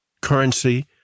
currency